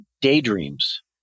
daydreams